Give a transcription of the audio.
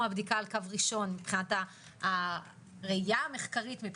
הבדיקה על קו ראשון מבחינת הראייה המחקרית.